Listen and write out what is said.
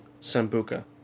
Sambuca